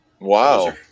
Wow